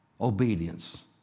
obedience